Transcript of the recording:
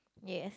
yes